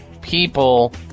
people